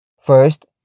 First